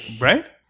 Right